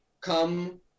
Come